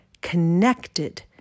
connected